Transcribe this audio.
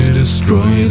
destroy